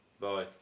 Bye